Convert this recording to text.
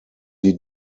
die